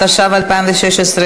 התשע"ו 2016,